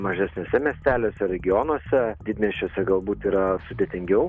mažesniuose miesteliuose regionuose didmiesčiuose galbūt yra sudėtingiau